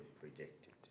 predicted